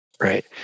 Right